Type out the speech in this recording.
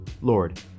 Lord